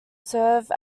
serve